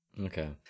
okay